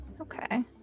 Okay